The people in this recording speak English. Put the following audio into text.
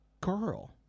girl